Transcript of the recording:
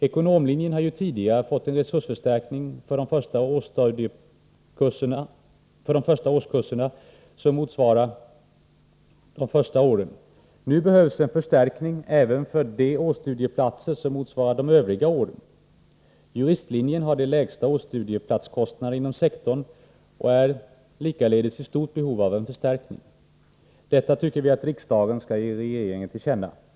Ekonomlinjen har ju tidigare fått en resursförstärkning för de årsstudieplatser som motsvarar de första åren i studierna. Nu behövs en förstärkning även för de årsstudieplatser som motsvarar de övriga åren. Juristlinjen har de lägsta årsstudieplatskostnaderna inom sektorn och är likaledes i stort behov av en förstärkning. Detta tycker vi att riksdagen skall ge regeringen till känna. Herr talman!